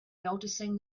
noticing